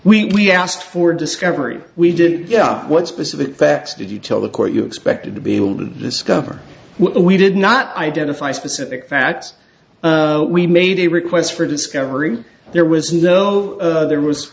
facts we asked for discovery we did yeah what specific facts did you tell the court you expected to be able to discover we did not identify specific facts we made a request for discovery there was no there was